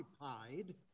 occupied